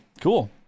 cool